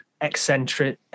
eccentric